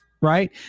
right